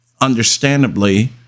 understandably